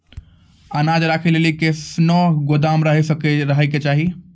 अनाज राखै लेली कैसनौ गोदाम रहै के चाही?